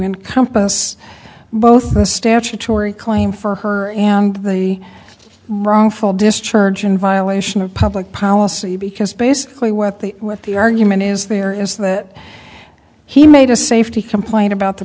encompass both the statutory claim for her and the wrongful discharge and violation of public policy because basically what the what the argument is there is that he made a safety complaint about the